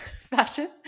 fashion